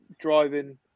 driving